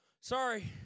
Sorry